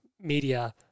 media